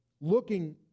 looking